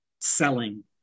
selling